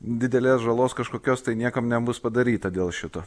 didelės žalos kažkokios tai niekam nebus padaryta dėl šito